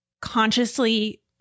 consciously